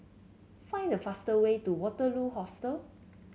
find the fastest way to Waterloo Hostel